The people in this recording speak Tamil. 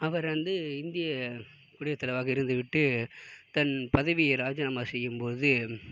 அவர் வந்து இந்திய குடியரசு தலைவராக இருந்துவிட்டு தன் பதவியை ராஜினாமா செய்யும்போது